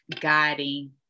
Guiding